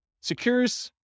secures